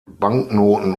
banknoten